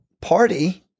party